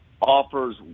offers